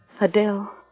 Adele